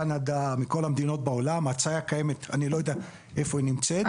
קנדה אבל אני לא יודע איפה עומדת ההצעה הזאת.